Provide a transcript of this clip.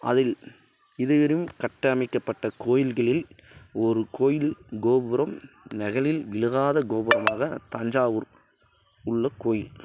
அதில் இதுவரையும் கட்டமைக்கப்பட்ட கோயில்களில் ஒரு கோயில் கோபுரம் நெகளில் விழுகாத கோபுரமாக தஞ்சாவூர் உள்ள கோயில்